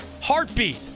heartbeat